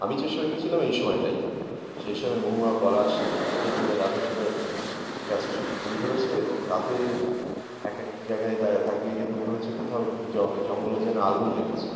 আমি যে সময় গেছিলাম এই সময়টাই সেই সময় মহুয়া পলাশ কৃষ্ণচূড়া রাধা চূড়ার গাছে সব ফুল ধরেছে এবং তাতে এক এক জায়গায় তাকে দেখে মনে হচ্ছে কোথাও জ জঙ্গলে যেন আগুন লেগেছে